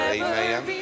amen